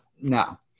no